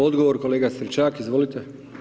Odgovor, kolega Stričak, izvolite.